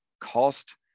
cost